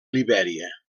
libèria